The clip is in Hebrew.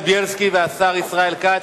בילסקי והשר ישראל כץ,